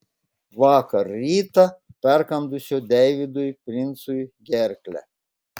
vakar rytą perkandusio deividui princui gerklę